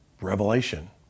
revelation